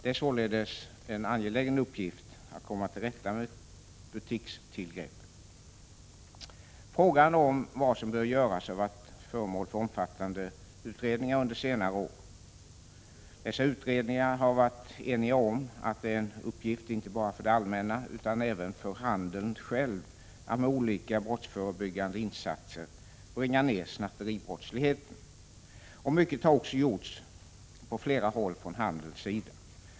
Det är således en angelägen uppgift att komma till rätta med butikstillgreppen. Frågan om vad som bör göras har varit föremål för omfattande utredningar under senare år. Dessa utredningar har varit eniga om att det är en uppgift inte bara för det allmänna utan även för handeln själv att med olika brottsförebyggande insatser bringa ned snatteribrottsligheten. Mycket har också gjorts på flera håll från handelns sida.